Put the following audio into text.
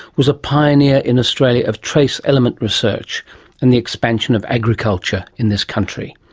was a pioneer in australia of trace element research and the expansion of agriculture in this country.